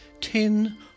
Ten